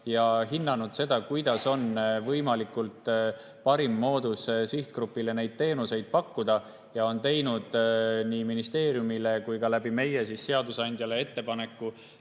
ja hinnanud seda, milline on võimalikult parim moodus sihtgrupile neid teenuseid pakkuda, ja on teinud nii ministeeriumile kui ka meie kaudu seadusandjale ettepaneku